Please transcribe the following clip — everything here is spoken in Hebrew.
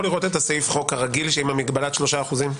לראות את סעיף החוק הרגיל עם מגבלת 3%?